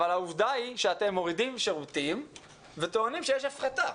העובדה היא שאתם מורידים שירותים וטוענים שיש הפחתה.